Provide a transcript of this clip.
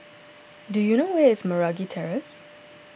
do you know where is Meragi Terrace